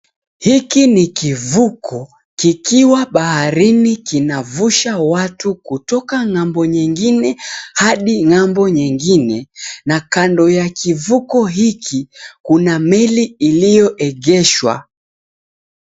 Hiki ni kivuko kikiwa baharini kinavusha watu kutoka ng'ambo nyingine hadi ng'ambo nyingine, na kando ya kivuko hiki kuna meli iliyoegeshwa.